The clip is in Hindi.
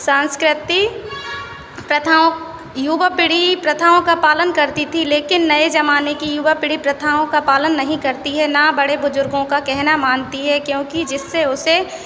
संस्कृति प्रथाओं युवा पीढ़ी प्रथाओं का पालन करती थी लेकिन नए जमाने की युवा पीढ़ी प्रथाओं का पालन नहीं करती है ना बड़े बुजुर्गों का कहना मानती है क्योंकि जिससे उसे